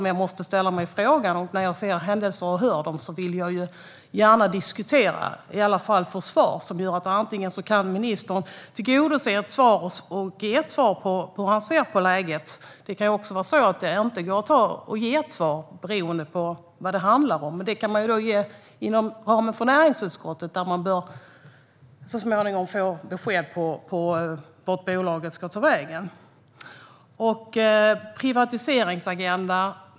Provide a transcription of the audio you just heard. När jag ser och hör om händelser vill jag gärna diskutera dem och i alla fall få svar. Ministern kanske kan ge ett svar på hur han ser på läget. Men det kan också vara på det sättet att det inte går att ge ett svar, beroende på vad det handlar om. Då kan man ge det inom ramen för näringsutskottet, som så småningom bör få besked om vart bolaget ska ta vägen. Nej, vi har ingen privatiseringsagenda.